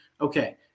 okay